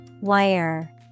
Wire